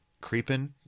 creeping